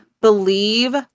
believe